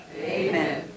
Amen